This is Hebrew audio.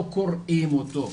לא קוראים אותו,